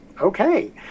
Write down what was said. okay